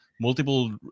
multiple